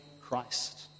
Christ